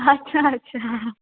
अछा अछा हा